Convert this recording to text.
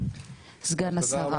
סגן השרה.